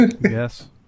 Yes